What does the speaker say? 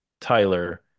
Tyler